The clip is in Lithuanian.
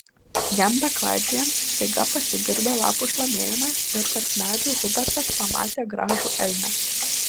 jam beklaidžiojant staiga pasigirdo lapų šlamėjimas ir tarp medžių hubertas pamatė gražų elnią